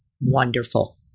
Wonderful